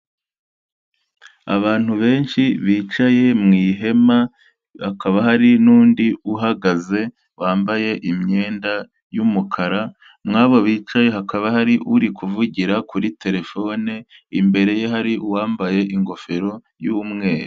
Abantu benshi bicaye mu ihema, hakaba hari n'undi uhagaze wambaye imyenda y'umukara, mu abo bicaye hakaba hari uri kuvugira kuri terefone, imbere ye hari uwambaye ingofero y'umweru.